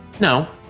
No